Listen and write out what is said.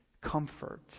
comfort